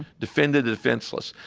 defended defenseless.